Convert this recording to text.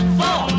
four